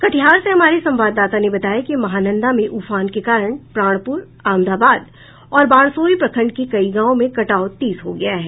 कटिहार से हमारे संवाददाता ने बताया कि महानंदा में उफान के कारण प्राणपुर अमदाबाद और बारसोई प्रखंड के कई गांवों में कटाव तेज हो गया है